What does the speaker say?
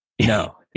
No